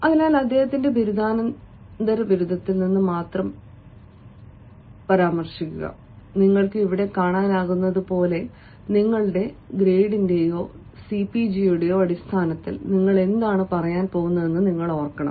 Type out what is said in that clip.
അതിനാൽ അദ്ദേഹത്തിന്റെ ബിരുദദാനത്തിൽ നിന്ന് മാത്രം പരാമർശിക്കുക നിങ്ങൾക്ക് ഇവിടെ കാണാനാകുന്നതുപോലെ നിങ്ങളുടെ ഗ്രേഡിന്റെയോ സിജിപിഎയുടെയോ അടിസ്ഥാനത്തിൽ നിങ്ങൾ എന്താണ് പറയാൻ പോകുന്നതെന്ന് നിങ്ങൾ ഓർക്കണം